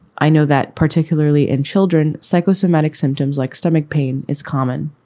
i know that particularly in children, psychosomatic symptoms like stomach pain is common.